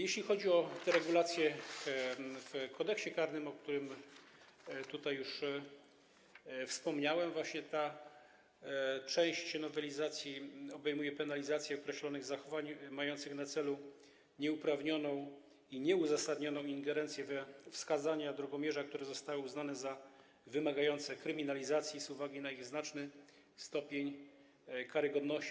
Jeśli chodzi o regulacje w Kodeksie karnym, o których tutaj już wspomniałem, ta część nowelizacji obejmuje penalizację określonych zachowań mających na celu nieuprawnioną i nieuzasadnioną ingerencję we wskazania drogomierza, które zostały uznane za wymagające kryminalizacji z uwagi na ich znaczny stopień karygodności.